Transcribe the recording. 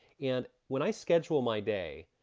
and when i schedule my day,